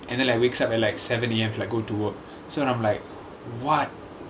and then like wakes up at like seven A_M to like go to work so I'm like what